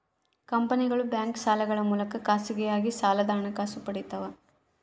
ಕಂಪನಿಗಳು ಬ್ಯಾಂಕ್ ಸಾಲಗಳ ಮೂಲಕ ಖಾಸಗಿಯಾಗಿ ಸಾಲದ ಹಣಕಾಸು ಪಡಿತವ